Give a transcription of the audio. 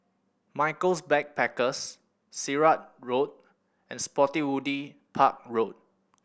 Michaels Backpackers Sirat Road and Spottiswoode Park Road